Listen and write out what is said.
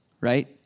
right